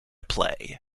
play